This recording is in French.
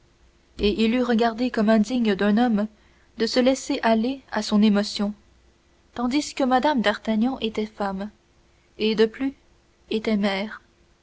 il eût regardé comme indigne d'un homme de se laisser aller à son émotion tandis que mme d'artagnan était femme et de plus était mère